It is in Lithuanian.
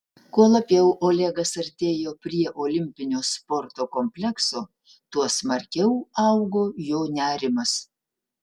kuo labiau olegas artėjo prie olimpinio sporto komplekso tuo smarkiau augo jo nerimas